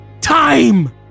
time